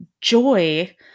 Joy